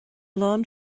lán